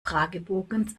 fragebogens